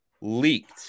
leaked